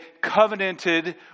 covenanted